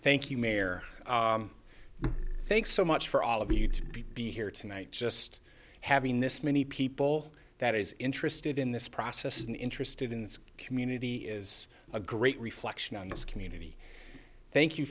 thank you mayor thanks so much for all of you being here tonight just having this many people that is interested in this process and interested in the community is a great reflection on this community thank you